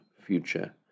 future